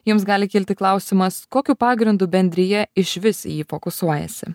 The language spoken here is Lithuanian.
jums gali kilti klausimas kokiu pagrindu bendrija išvis į jį fokusuojasi